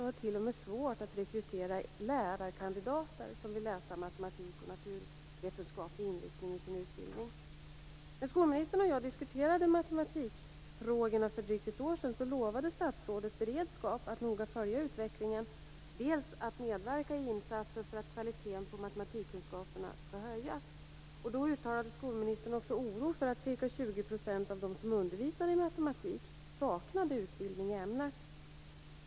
Det är t.o.m. svårt att rekrytera lärarkandidater som vill läsa matematik och naturvetenskaplig inriktning i sin utbildning. När skolministern och jag diskuterade matematikfrågorna för drygt ett år sedan lovade statsrådet beredskap att noga följa utvecklingen och medverka i insatser för att kvaliteten på matematikkunskaperna skulle höjas. Då uttalade skolministern också oro för att ca 20 % av de som undervisade i matematik saknade utbildning i ämnet.